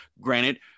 granted